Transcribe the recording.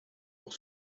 pour